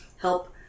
help